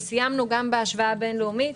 סיימנו גם בהשוואה בין-לאומית